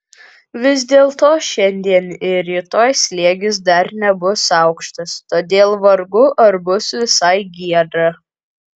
vis dėlto šiandien ir rytoj slėgis dar nebus aukštas todėl vargu ar bus visai giedra